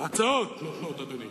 "הצעות נותנות", אדוני.